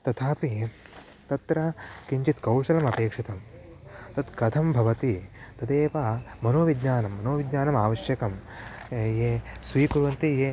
तथापि तत्र किञ्चित् कौशलमपेक्षितम् तत् कथं भवति तदेव मनोविज्ञानं मनोविज्ञानमावश्यकं ये स्वीकुर्वन्ति ये